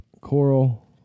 Coral